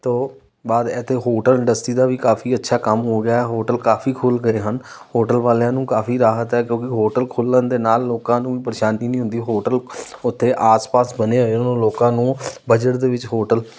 ਤੋਂ ਬਾਅਦ ਇੱਥੇ ਹੋਟਲ ਇੰਡਸਟਰੀ ਦਾ ਵੀ ਕਾਫੀ ਅੱਛਾ ਕੰਮ ਹੋ ਗਿਆ ਹੈ ਹੋਟਲ ਕਾਫੀ ਖੁੱਲ੍ਹ ਗਏ ਹਨ ਹੋਟਲ ਵਾਲਿਆਂ ਨੂੰ ਕਾਫੀ ਰਾਹਤ ਹੈ ਕਿਉਂਕਿ ਹੋਟਲ ਖੁੱਲ੍ਹਣ ਦੇ ਨਾਲ ਲੋਕਾਂ ਨੂੰ ਵੀ ਪਰੇਸ਼ਾਨੀ ਨਹੀਂ ਹੁੰਦੀ ਹੋਟਲ ਉੱਥੇ ਆਸ ਪਾਸ ਬਣੇ ਹੋਏ ਉਹਨਾਂ ਲੋਕਾਂ ਨੂੰ ਬਜਟ ਦੇ ਵਿੱਚ ਹੋਟਲ